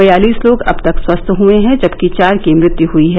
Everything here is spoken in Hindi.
बयालीस लोग अब तक स्वस्थ हुए हैं जबकि चार की मृत्यु हुई है